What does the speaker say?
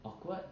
awkward